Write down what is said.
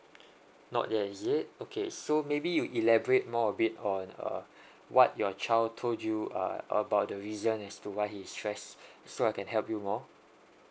not yet is it okay so maybe you elaborate more a bit on uh what your child told you uh about the reason as to why he stressed so I can help you more